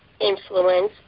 influence